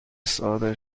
صادر